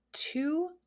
two